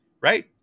right